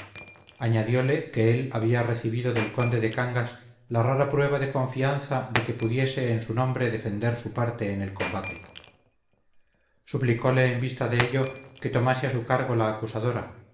añadióle que él había recibido del conde de cangas la rara prueba de confianza de que pudiese en su nombre defender su parte en el combate suplicóle en vista de ello que tomase a su cargo la acusadora